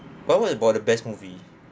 but what about the best movie